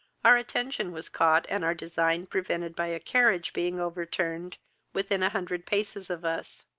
our attention was caught, and our design prevented by a carriage being overturned within a hundred paces of us.